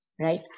Right